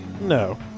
No